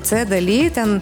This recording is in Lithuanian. c daly ten